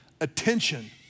attention